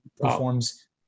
performs